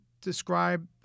describe